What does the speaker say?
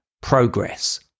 Progress